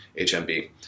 HMB